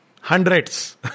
Hundreds